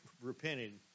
repented